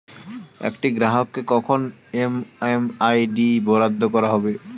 একটি গ্রাহককে কখন এম.এম.আই.ডি বরাদ্দ করা হবে?